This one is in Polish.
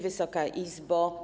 Wysoka Izbo!